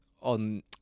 on